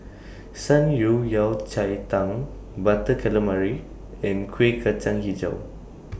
Shan Rui Yao Cai Tang Butter Calamari and Kueh Kacang Hijau